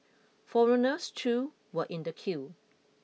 foreigners too were in the queue